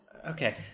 Okay